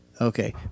Okay